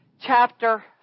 chapter